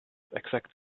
exact